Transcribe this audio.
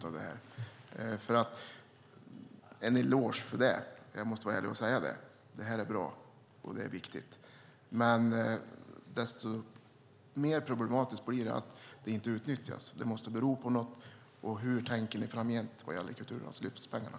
Jag måste vara ärlig och ge en eloge för det: Det här är bra och viktigt. Men desto mer problematiskt blir det att det inte utnyttjas. Det måste bero på någonting. Hur tänker ni framgent vad gäller kulturarvslyftspengarna?